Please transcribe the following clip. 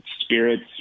Spirits